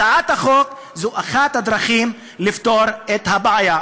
הצעת החוק היא אחת הדרכים לפתור את הבעיה.